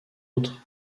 autres